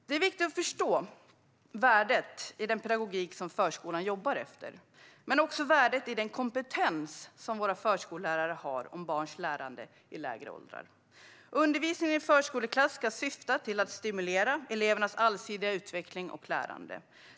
Det är viktigt att förstå värdet i den pedagogik som förskolan jobbar efter men också värdet i den kompetens som våra förskollärare har om barns lärande i lägre åldrar. Undervisningen i förskoleklass ska syfta till att stimulera elevernas allsidiga utveckling och lärande.